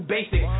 Basic